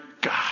God